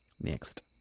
Next